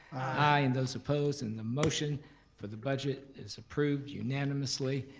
aye. and those opposed, and the motion for the budget is approved unanimously.